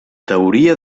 teoria